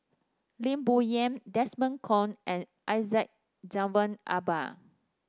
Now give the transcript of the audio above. Lim Bo Yam Desmond Kon and Syed Jaafar Albar